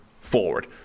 forward